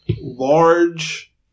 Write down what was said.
large